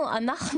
אנחנו עודדנו,